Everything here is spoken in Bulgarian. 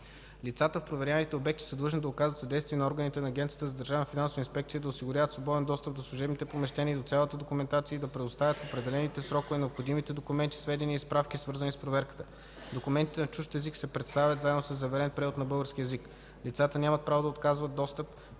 Лицата в проверяваните обекти са длъжни да оказват съдействие на органите на Агенцията за държавна финансова инспекция, да осигуряват свободен достъп до служебните помещения и до цялата документация и да предоставят в определените срокове необходимите документи, сведения и справки, свързани с проверката. Документите на чужд език се представят заедно със заверен превод на български език. Лицата нямат право да отказват достъп